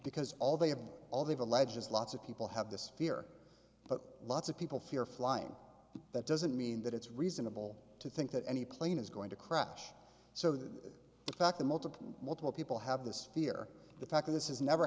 because all they have all they've alleges lots of people have this fear but lots of people fear flying that doesn't mean that it's reasonable to think that any plane is going to crash so the fact that multiple multiple people have this fear the fact that this is never